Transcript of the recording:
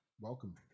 Welcome